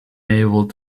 able